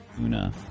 Una